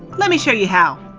let me show you how!